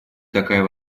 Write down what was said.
такая